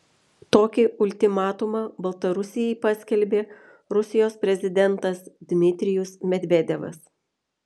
tokį ultimatumą baltarusijai paskelbė rusijos prezidentas dmitrijus medvedevas